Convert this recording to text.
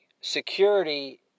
Security